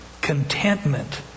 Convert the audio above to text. contentment